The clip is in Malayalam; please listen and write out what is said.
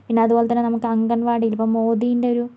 പിന്നെ അതുപോലെത്തന്നെ നമുക്ക് അംഗൻവാടിയിൽ ഇപ്പം മോദീൻ്റെ ഒരു